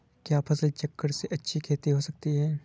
क्या फसल चक्रण से अच्छी खेती हो सकती है?